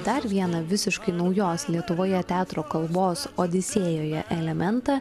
dar vieną visiškai naujos lietuvoje teatro kalbos odisėjoje elementą